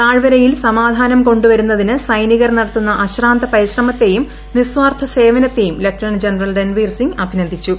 താഴ്വരയിൽ സമാധാനം കൊണ്ടു വരുന്നതിന് സൈനികർ നടത്തുന്ന അശ്രാന്ത പരിശ്രമത്തേയും നിസ്വാർത്ഥ സേവനത്തേയും ലഫ്റ്റനന്റ് ജനറൽ റൺവീർസിംഗ് അഭിനന്ദിച്ചു